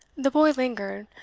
the boy lingered,